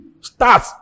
Start